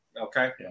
Okay